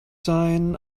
sein